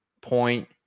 point